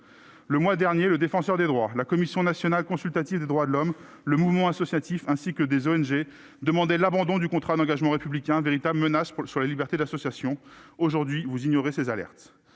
Le mois dernier, le Défenseur des droits, la Commission nationale consultative des droits de l'homme, le Mouvement associatif ainsi que des ONG demandaient l'abandon du contrat d'engagement républicain, véritable menace sur la liberté d'association. Aujourd'hui, vous ignorez ces alertes.